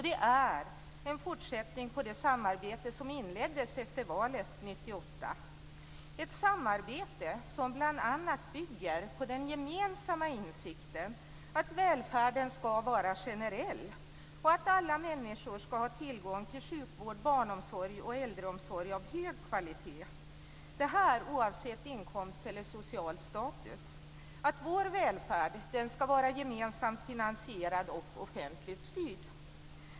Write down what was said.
Det är en fortsättning på det samarbete som inleddes efter valet 1998, ett samarbete som bl.a. bygger på den gemensamma insikten att välfärden ska vara generell och att alla människor ska ha tillgång till sjukvård, barnomsorg och äldreomsorg av hög kvalitet. Detta oavsett inkomst eller social status. Vår välfärd ska vara gemensamt finansierad och offentligt styrd.